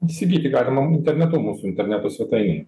įsigyti galima internetu mūsų interneto svetainėje